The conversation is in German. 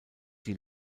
die